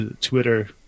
twitter